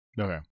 Okay